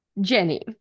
Jenny